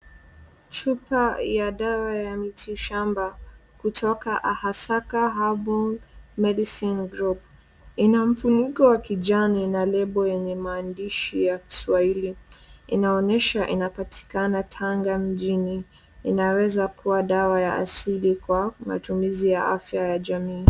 Chupa ya dawa ya miti shamba kutoka AHASAKA HERBAL MEDICINE GROUP. Ina mfuniko wa kijani na lebo yenye maandishi ya kiswahili. Inaonyesha inapatikana Tanga mjini. Inaweza kuwa dawa ya asili kwa matumizi ya afya ya jamii.